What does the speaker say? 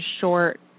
short